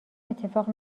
اتفاق